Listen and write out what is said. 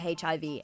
HIV